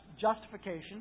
justification